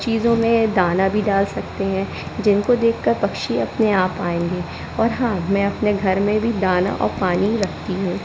चीज़ों में दाना भी डाल सकते हैं जिनको देखकर पक्षी अपने आप आएँगे और हाँ मैं अपने घर में भी दाना और पानी रखती हूँ